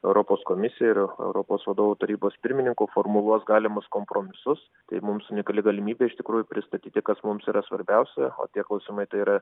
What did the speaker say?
europos komisija ir europos vadovų tarybos pirmininku formuluoti galimus kompromisus tai mums unikali galimybė iš tikrųjų pristatyti kas mums yra svarbiausia o tie klausimai yra